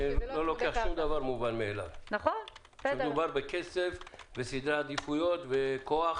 אני לא לוקח שום דבר כמובן מאליו כשמדובר בכסף וסדרי עדיפויות וכוח